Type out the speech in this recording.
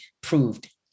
proved